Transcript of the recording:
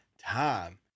time